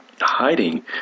hiding